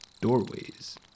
doorways